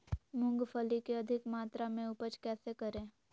मूंगफली के अधिक मात्रा मे उपज कैसे करें?